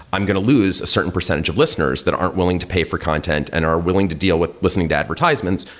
i'm going to lose a certain percentage of listeners that aren't willing to pay for content and are willing to deal with listening to advertisements.